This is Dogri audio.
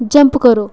जंप करो